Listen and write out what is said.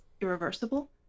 irreversible